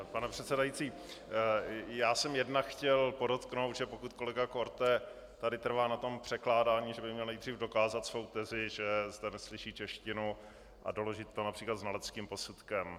Pane předsedající, já jsem jednak chtěl podotknout, že pokud kolega Korte tady trvá na tom překládání, že by měl nejdříve dokázat svou tezi, že zde neslyší češtinu, a doložit to například znaleckým posudkem.